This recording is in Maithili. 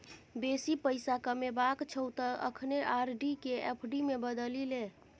बेसी पैसा कमेबाक छौ त अखने आर.डी केँ एफ.डी मे बदलि ले